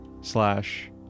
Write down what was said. slash